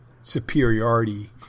superiority